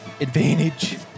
advantage